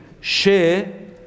share